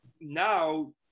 Now